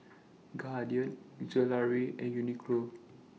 Guardian Gelare and Uniqlo